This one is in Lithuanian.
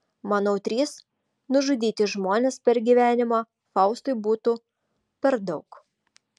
manau trys nužudyti žmonės per gyvenimą faustui būtų per daug